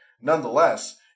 Nonetheless